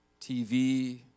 TV